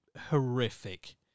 horrific